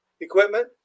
equipment